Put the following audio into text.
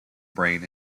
brain